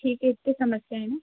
ठीक है इतनी समस्या है ना